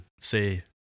Say